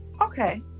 Okay